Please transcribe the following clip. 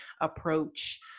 approach